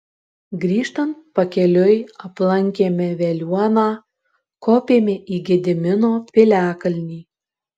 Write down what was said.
grįžtant pakeliui aplankėme veliuoną kopėme į gedimino piliakalnį